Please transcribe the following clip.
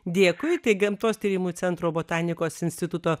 dėkui gamtos tyrimų centro botanikos instituto